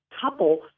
couple